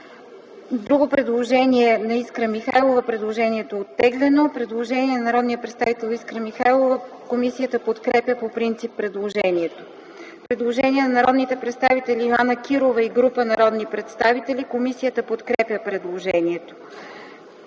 представител Искра Михайлова. Предложението е оттеглено. Предложение от народния представител Искра Михайлова. Комисията подкрепя по принцип предложението. Предложение от Йоана Кирова и група народни представители. Комисията подкрепя предложението.